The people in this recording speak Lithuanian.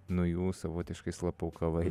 nuo jų savotiškai slapukavai